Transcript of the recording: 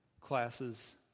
classes